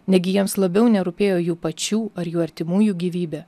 negi jiems labiau nerūpėjo jų pačių ar jų artimųjų gyvybė